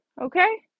Okay